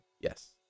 Yes